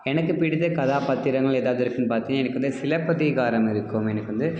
எனக்குப் பிடித்த கதாபாத்திரங்கள் எதாவது இருக்குதுன்னு பார்த்தீன்னா எனக்கு வந்து சிலப்பதிகாரம் இருக்கும் எனக்கு வந்து